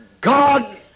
God